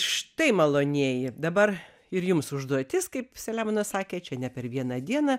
štai malonieji dabar ir jums užduotis kaip saliamonas sakė čia ne per vieną dieną